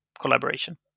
collaboration